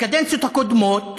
בקדנציות הקודמות